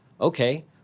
Okay